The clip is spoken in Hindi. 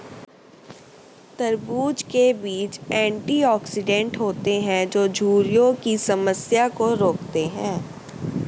तरबूज़ के बीज एंटीऑक्सीडेंट होते है जो झुर्रियों की समस्या को रोकते है